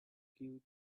give